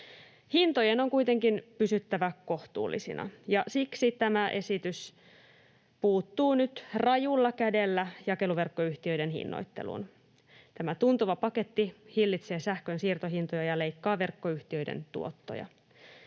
Hintojen on kuitenkin pysyttävä kohtuullisina, ja siksi tämä esitys puuttuu nyt rajulla kädellä jakeluverkkoyhtiöiden hinnoitteluun. Tämä tuntuva paketti hillitsee sähkön siirtohintoja ja leikkaa verkkoyhtiöiden tuottoja.